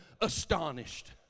astonished